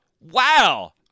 Wow